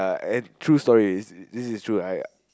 and true story this this is true I